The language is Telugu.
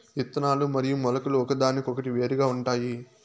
ఇత్తనాలు మరియు మొలకలు ఒకదానికొకటి వేరుగా ఉంటాయి